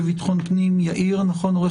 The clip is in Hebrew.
ולטעמי העמידה של שחקנים יהודים וערבים